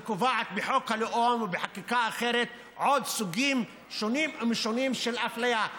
וקובעות בחוק הלאום ובחקיקה אחרת עוד סוגים שונים ומשונים של אפליה.